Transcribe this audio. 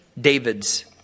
David's